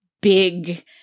big